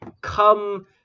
come